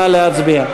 נא להצביע.